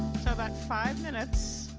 so about five minutes.